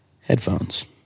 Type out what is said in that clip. Headphones